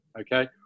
okay